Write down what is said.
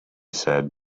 said